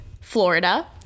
Florida